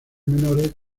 menores